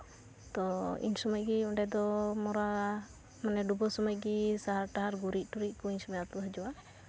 ᱛᱚ ᱤᱱ ᱥᱚᱢᱚᱭ ᱜᱮ ᱚᱸᱰᱮ ᱫᱚ ᱢᱚᱨᱟ ᱢᱟᱱᱮ ᱰᱩᱵᱟᱹ ᱥᱚᱢᱚᱭ ᱜᱤ ᱥᱟᱦᱟᱨᱼᱴᱟᱦᱟᱨ ᱜᱩᱨᱤᱡᱼᱴᱩᱨᱤᱡ ᱠᱚ ᱩᱱ ᱥᱚᱢᱚᱭ ᱟᱹᱛᱩ ᱦᱤᱡᱩᱜᱼᱟ